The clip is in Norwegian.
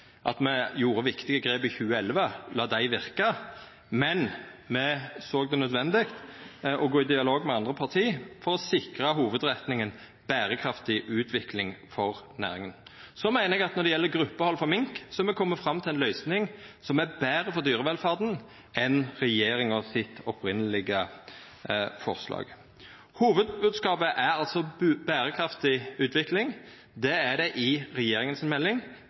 me gjorde viktige grep i 2011, lét dei verka, men me fann det nødvendig å gå i dialog med andre parti for å sikra hovudretninga: berekraftig utvikling for næringa. Så meiner eg at når det gjeld gruppehald for mink, har me kome fram til ei løysing som er betre for dyrevelferda enn regjeringa sitt opphavlege forslag. Hovudbodskapen er altså berekraftig utvikling. Det er det i regjeringa si melding,